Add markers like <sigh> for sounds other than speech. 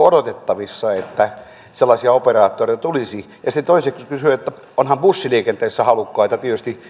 <unintelligible> odotettavissa että ensi kevääksi sellaisia operaattoreita tulisi toiseksi kysyn että onhan bussiliikenteessä tietysti halukkaita